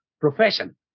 profession